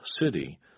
city